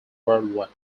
worldwide